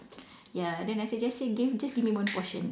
ya then I say just say give just give me one portion